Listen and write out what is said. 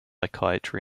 psychiatry